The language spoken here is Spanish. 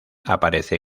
aparece